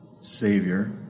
Savior